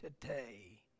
today